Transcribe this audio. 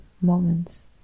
moments